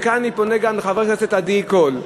וכאן אני פונה גם לחברת הכנסת עדי קול.